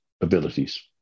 abilities